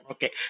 Okay